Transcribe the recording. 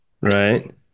right